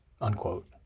unquote